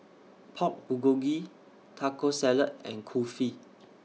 Pork Bulgogi Taco Salad and Kulfi